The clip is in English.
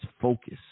focus